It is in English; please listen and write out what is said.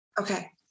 Okay